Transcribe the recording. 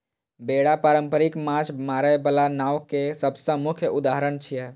बेड़ा पारंपरिक माछ मारै बला नाव के सबसं मुख्य उदाहरण छियै